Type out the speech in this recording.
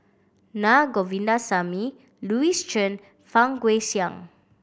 Naa Govindasamy Louis Chen Fang Guixiang